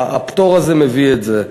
הפטור הזה מביא את זה.